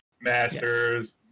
Masters